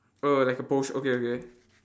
oh like a potio~ okay okay